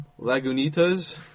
Lagunitas